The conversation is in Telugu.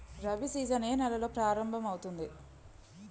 రబి సీజన్ ఏ నెలలో ప్రారంభమౌతుంది?